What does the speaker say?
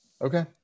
Okay